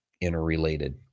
interrelated